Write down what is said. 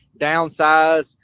downsize